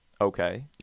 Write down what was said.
okay